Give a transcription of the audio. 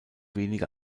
wenige